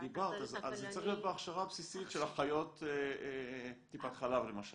זה צריך להיות בהכשרה הבסיסית של אחיות טיפת חלב למשל.